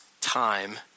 time